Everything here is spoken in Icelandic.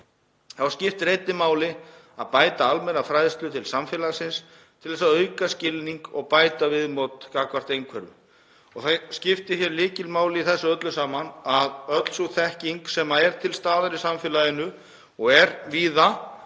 Þá skiptir einnig máli að bæta almenna fræðslu til samfélagsins til þess að auka skilning og bæta viðmót gagnvart einhverfum. Það skiptir lykilmáli í þessu öllu saman að öll sú þekking sem er til staðar í samfélaginu og víða